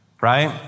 right